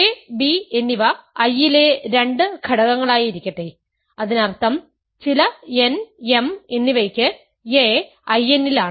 ab എന്നിവ i യിലെ രണ്ട് ഘടകങ്ങളായിരിക്കട്ടെ അതിനർത്ഥം ചില n m എന്നിവയ്ക്ക് a In ലാണ്